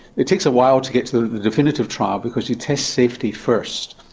it takes a while to get to the definitive trial because you test safety first.